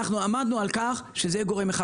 עמדנו על-כך שזה יהיה גורם אחד.